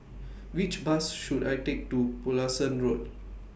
Which Bus should I Take to Pulasan Road